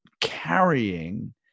carrying